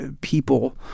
people